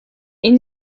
این